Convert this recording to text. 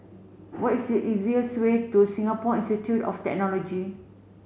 what is the easiest way to Singapore Institute of Technology